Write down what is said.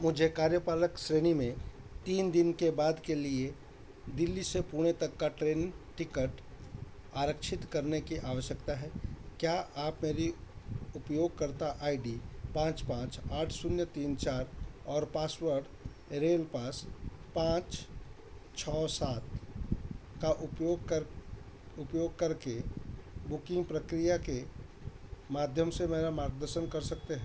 मुझे कार्यपालक श्रेणी में तीन दिन के बाद के लिए दिल्ली से पुणे तक की ट्रेन टिकट आरक्षित करने की आवश्यकता है क्या आप मेरी उपयोगकर्ता आई डी पाँच पाँच आठ शून्य तीन चार और पासवर्ड रेल पास पाँच छः सात का उपयोग कर उपयोग करके बुकिंग प्रक्रिया के माध्यम से मेरा मार्गदर्शन कर सकते हैं